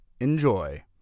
enjoy